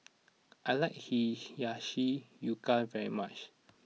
I like Hiyashi Chuka very much